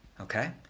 Okay